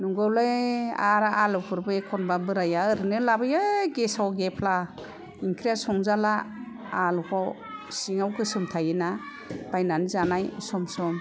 नंगौलै आर एखनबा बोरायानो आलुखौ लाबोयो गेसाव गेफ्ला ओंख्रिया संजाला आलुखौ सिङाव गोसोम थायो ना बायनानै जानाय सम सम